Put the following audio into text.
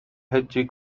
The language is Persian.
هجی